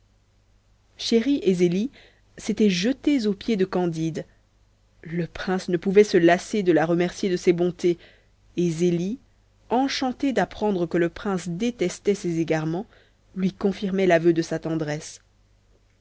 et zélie s'étaient jetés aux pieds de candide le prince ne pouvait se lasser de la remercier de ses bontés et zélie enchantée d'apprendre que le prince détestait les égarements lui confirmait l'aveu de sa tendresse